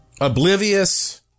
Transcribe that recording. Oblivious